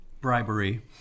Bribery